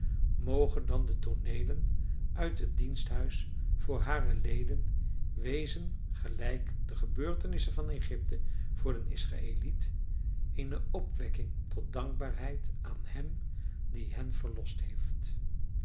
mogen dan de tooneelen uit het diensthuis voor hare leden wezen gelijk de geheugenissen van egypte voor den israëliet eene opwekking tot dankbaarheid aan hem die hen verlost heeft